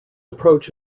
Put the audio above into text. approach